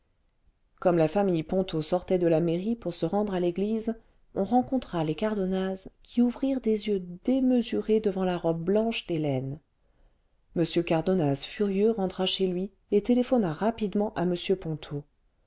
comme la famille ponto sortait de la mairie pour se rendre à l'église on rencontra les cardonnaz qui ouvrirent des yeux démesurés devant la robe blanche d'hélène m cardonnaz furieux rentra chez lui et téléphona rapidement à m ponto